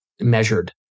measured